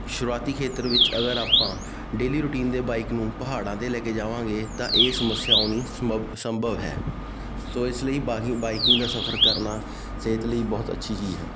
ਸ਼ੁਰੂਆਤੀ ਖੇਤਰ ਵਿੱਚ ਅਗਰ ਆਪਾਂ ਡੇਲੀ ਰੂਟੀਨ ਦੇ ਬਾਈਕ ਨੂੰ ਪਹਾੜਾਂ 'ਤੇ ਲੈ ਕੇ ਜਾਵਾਂਗੇ ਤਾਂ ਇਹ ਸਮੱਸਿਆ ਆਉਣੀ ਸੰਮਭ ਸੰਭਵ ਹੈ ਸੋ ਇਸ ਲਈ ਬਾਹੀ ਬਾਈਕਿੰਗ ਦਾ ਸਫਰ ਕਰਨਾ ਸਿਹਤ ਲਈ ਬਹੁਤ ਅੱਛੀ ਚੀਜ਼ ਹੈ